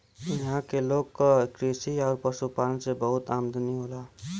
इहां के लोग क कृषि आउर पशुपालन से बहुत आमदनी होला